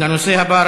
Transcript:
הנושא הבא,